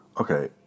okay